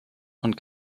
und